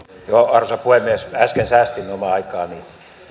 arvoisa puhemies äsken säästin omaa aikaani